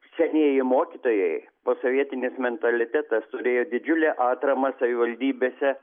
senieji mokytojai posovietinis mentalitetas turėjo didžiulę atramą savivaldybėse